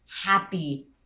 happy